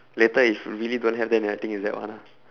later if really don't have then I think is that one ah